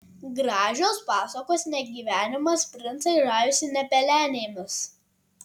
gražios pasakos ne gyvenimas princai žavisi ne pelenėmis